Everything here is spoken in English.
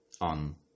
on